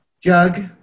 jug